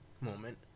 moment